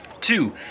Two